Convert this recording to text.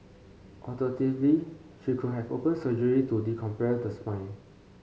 alternatively she could have open surgery to decompress the spine